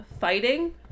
fighting